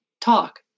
talk